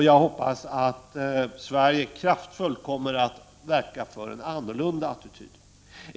Jag hoppas att Sverige kraftfullt kommer att verka för en annorlunda attityd.